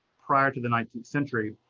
prior to the nineteenth century.